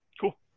Cool